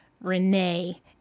renee